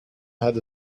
had